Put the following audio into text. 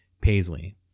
Paisley